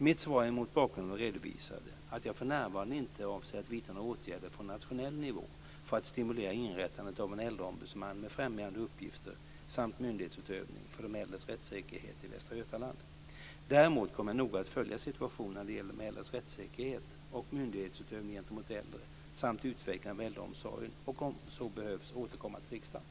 Mitt svar är mot bakgrund av det redovisade att jag för närvarande inte avser att vidta några åtgärder från nationell nivå för att stimulera inrättandet av en äldreombudsman med främjande uppgifter samt myndighetsutövning för de äldres rättssäkerhet i Däremot kommer jag noga att följa situationen när det gäller äldres rättssäkerhet och myndighetsutövning gentemot äldre samt utvecklingen av äldreomsorgen och om så behövs återkomma till riksdagen.